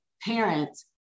parents